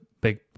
big